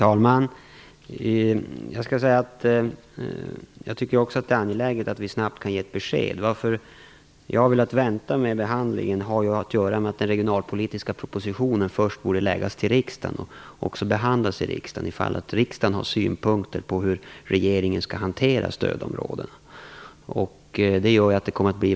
Fru talman! Jag tycker också att det är angeläget att vi snabbt kan ge ett besked. Jag har velat vänta med behandlingen för att den regionalpolitiska propositionen först skall kunna läggas fram för och behandlas av riksdagen, som kan ha synpunkter på hur regeringen skall hantera stödområdena.